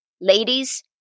Ladies